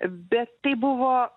bet tai buvo